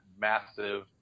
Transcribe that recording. massive